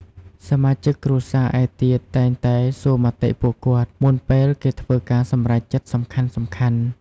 សមាជិកគ្រួសារឯទៀតតែងតែសួរមតិពួកគាត់ មុនពេលគេធ្វើការសម្រេចចិត្តសំខាន់ៗ។